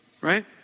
right